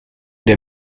der